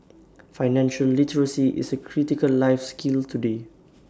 financial literacy is A critical life skill today